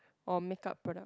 or makeup product